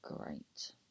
great